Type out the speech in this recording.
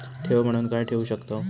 ठेव म्हणून काय ठेवू शकताव?